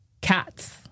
Cats